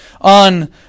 on